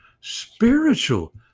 spiritual